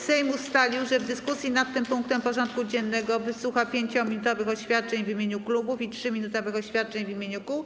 Sejm ustalił, że w dyskusji nad tym punktem porządku dziennego wysłucha 5-minutowych oświadczeń w imieniu klubów i 3-minutowych oświadczeń w imieniu kół.